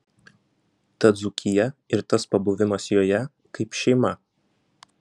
ta dzūkija ir tas pabuvimas joje kaip šeima